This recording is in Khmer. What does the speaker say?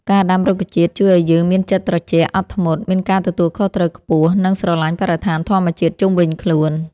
ការដាំរុក្ខជាតិជួយឱ្យយើងមានចិត្តត្រជាក់ អត់ធ្មត់ មានការទទួលខុសត្រូវខ្ពស់ និង ស្រឡាញ់បរិស្ថានធម្មជាតិជុំវិញខ្លួន។